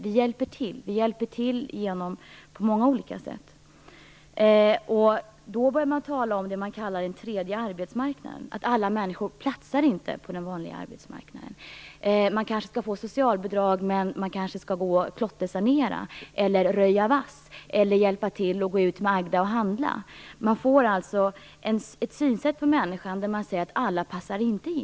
Vi hjälper till på många olika sätt. Då börjar man tala om en tredje arbetsmarknad. Alla människor platsar inte på den vanliga arbetsmarknaden. Man kanske skall få socialbidrag, men man kanske skall gå och klottersanera, röja vass eller hjälpa Agda att gå och handla för att få det. Vi får alltså ett synsätt på människan som innebär att alla inte passar inte.